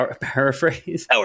paraphrase